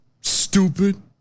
stupid